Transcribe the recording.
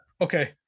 okay